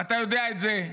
ואתה יודע את זה,